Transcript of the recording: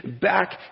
back